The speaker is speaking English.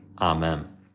Amen